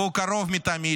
והוא קרוב מתמיד,